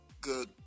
good